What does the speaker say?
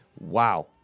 wow